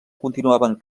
continuaven